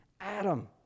Adam